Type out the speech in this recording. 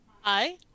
Hi